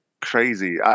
Crazy